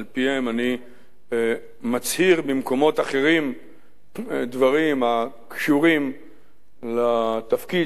שעל-פיהם אני מצהיר במקומות אחרים דברים הקשורים לתפקיד